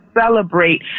celebrate